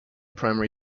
primary